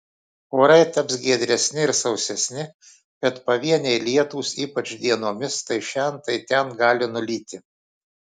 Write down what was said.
orai taps giedresni ir sausesni bet pavieniai lietūs ypač dienomis tai šen tai ten gali nulyti